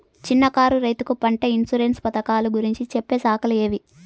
చిన్న కారు రైతుకు పంట ఇన్సూరెన్సు పథకాలు గురించి చెప్పే శాఖలు ఏవి?